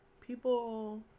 people